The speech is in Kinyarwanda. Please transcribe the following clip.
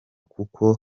kuko